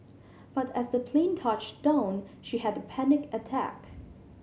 but as the plane touched down she had a panic attack